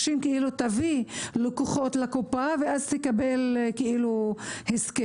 שהם יביאו לקוחות לקופה ואז הם יקבלו הסכם.